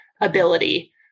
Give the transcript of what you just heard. ability